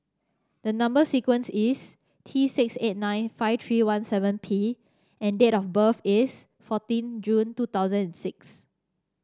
the number sequence is T six eight nine five three one seven P and date of birth is fourteen June two thousand and six